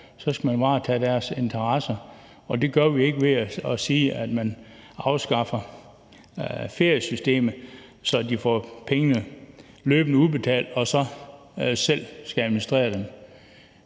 skal man varetage deres interesser. Det gør vi ikke ved at sige, at vi afskaffer feriepengesystemet, så de får pengene udbetalt løbende og så selv skal administrere dem.